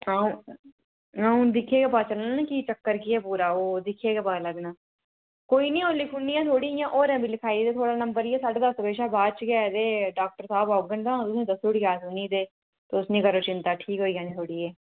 हून दिक्खी गै पता चलना कि चक्कर केह् ऐ पूरा ओह् दिक्खी ऐ गै पता लग्गना कोई नेईं अ'ऊं लिखी ओड़नी आं थोह्डी होर लखाई च थुआढ़ा नम्बर इ'यै साढे दस बजे शा बाद च गै एह् ते डाक्टर साहब औङन ता दस्सी ओड़गे उ'नेंगी ता तुस नेईं करेओ चितां ठीक होई जानी थुआडढ़ी एह्